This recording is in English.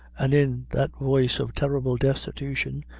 and, in that voice of terrible destitution,